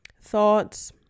thoughts